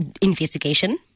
investigation